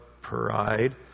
Pride